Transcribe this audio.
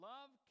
Love